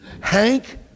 Hank